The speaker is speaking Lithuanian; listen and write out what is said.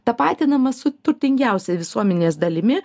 tapatinamas su turtingiausia visuomenės dalimi